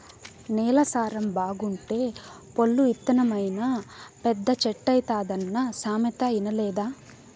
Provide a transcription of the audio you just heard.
నేల సారం బాగుంటే పొల్లు ఇత్తనమైనా పెద్ద చెట్టైతాదన్న సామెత ఇనలేదా